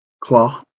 Claw